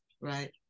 Right